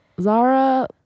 Zara